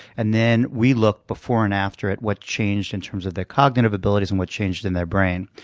and then we looked before and after at what changed in terms of their cognitive abilities and what changed in their brain.